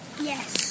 Yes